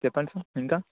చెప్పండి సార్ ఇంకా